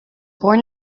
born